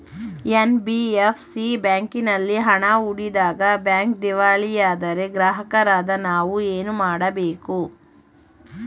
NBFC ಬ್ಯಾಂಕಿನಲ್ಲಿ ಹಣ ಹೂಡಿದಾಗ ಬ್ಯಾಂಕ್ ದಿವಾಳಿಯಾದರೆ ಗ್ರಾಹಕರಾದ ನಾವು ಏನು ಮಾಡಬೇಕು?